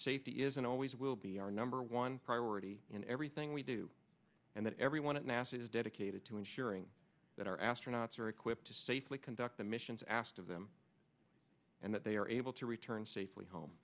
safety is and always will be our number one priority in everything we do and that everyone at nasa is dedicated to ensuring that our astronauts are equipped to safely conduct the missions asked of them and that they are able to return safely home